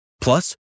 Plus